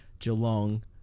Geelong